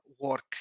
work